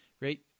right